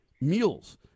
Mules